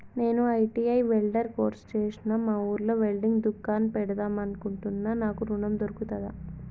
నేను ITI welder course చేశ్న మా ఊర్లో వెల్డింగ్ దుకాన్ పెడదాం అనుకుంటున్నా నాకు ఋణం దొర్కుతదా?